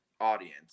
audience